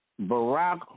Barack